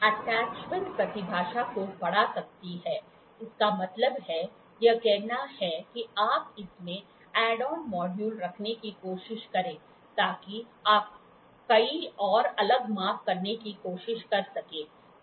attachment प्रतिभा को बढ़ा सकती है इसका मतलब है यह कहना है कि आप इसमें ऐड ऑन मॉड्यूल रखने की कोशिश करें ताकि आप कई और अलग माप करने की कोशिश कर सकें